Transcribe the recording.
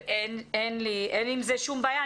אין עם זה שום בעיה.